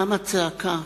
קמה צעקה.